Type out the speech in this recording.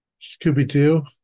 Scooby-Doo